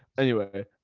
anyway,